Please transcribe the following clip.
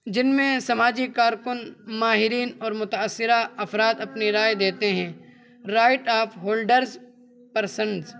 جن میں سماجی کارکن ماہرین اور متأثرہ افراد اپنی رائے دیتے ہیں رائٹ آف ہولڈرس پرسنز